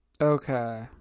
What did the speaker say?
okay